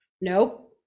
No